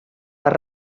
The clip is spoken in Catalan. per